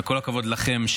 וכל הכבוד לכם,